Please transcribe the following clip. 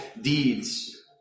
deeds